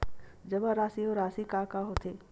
जमा राशि अउ राशि का होथे?